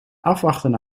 afwachtende